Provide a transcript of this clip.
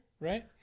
Right